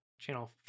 Channel